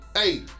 Hey